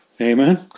Amen